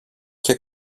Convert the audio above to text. και